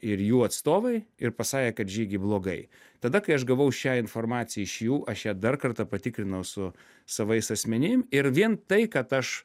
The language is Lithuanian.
ir jų atstovai ir pasakė kad žygi blogai tada kai aš gavau šią informaciją iš jų aš ją dar kartą patikrinau su savais asmenim ir vien tai kad aš